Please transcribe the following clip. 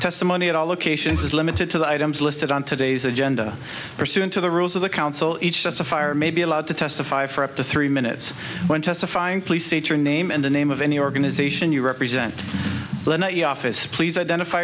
testimony at all locations is limited to the items listed on today's agenda pursuant to the rules of the council each justifier may be allowed to testify for up to three minutes when testifying please state your name and the name of any organization you represent office please identify